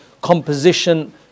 composition